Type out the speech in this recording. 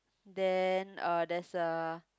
then uh there's a